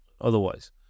otherwise